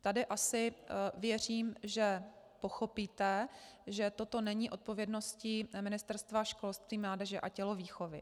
Tady asi věřím, že pochopíte, že toto není odpovědností Ministerstva školství, mládeže a tělovýchovy.